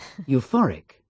Euphoric